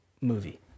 movie